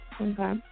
Okay